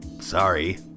sorry